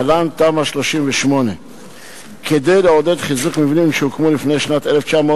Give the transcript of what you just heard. תמ"א 38. כדי לעודד חיזוק מבנים שהוקמו לפני שנת 1980